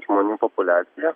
žmonių populiacija